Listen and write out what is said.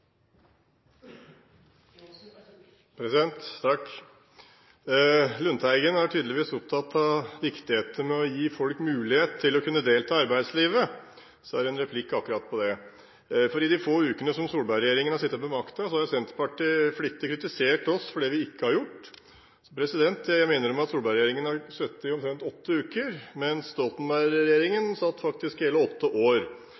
Lundteigen er tydeligvis opptatt av viktigheten av å gi folk mulighet til å kunne delta i arbeidslivet, så jeg har en replikk akkurat på det. I de få ukene Solberg-regjeringen har sittet ved makten, har Senterpartiet flittig kritisert oss for det vi ikke har gjort. Jeg må da minne om at Solberg-regjeringen har sittet i omtrent åtte uker, mens Stoltenberg-regjeringen faktisk satt i hele åtte år.